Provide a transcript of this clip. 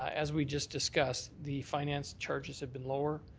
as we just discussed, the finance charges have been lower.